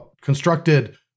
constructed